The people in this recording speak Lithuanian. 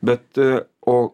bet o